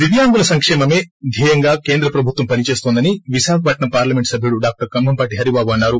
దివ్యాంగుల సంక్షేమమే ధ్యేయంగా కేంద్ర ప్రభుత్వం పని చేస్తోందని విశాఖపట్నం పార్లమెంట్ సభ్యుడు డాక్టర్ కంభంపాటి హరిబాబు అన్నారు